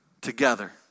together